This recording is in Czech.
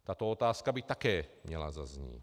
Tato otázka by také měla zaznít.